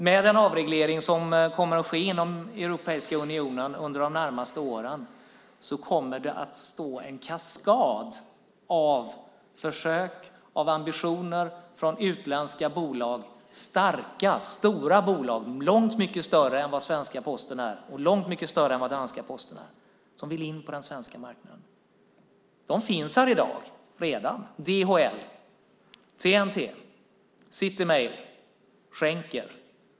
Med den avreglering som kommer att ske inom Europeiska unionen under de närmaste åren kommer det att stå en kaskad av försök och ambitioner från utländska bolag - starka, stora bolag, långt mycket större än vad svenska Posten är och långt mycket större än vad danska Posten är - att komma in på den svenska marknaden. De finns redan här i dag: DHL, TNT, City Mail, Schenker.